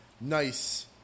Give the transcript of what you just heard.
nice